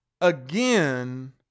Again